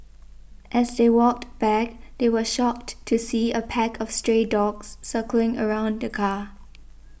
as they walked back they were shocked to see a pack of stray dogs circling around the car